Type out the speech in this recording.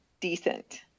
decent